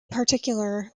particular